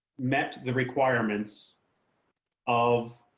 met the requirements of